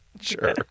Sure